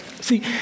See